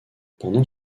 pendant